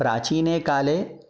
प्राचीने काले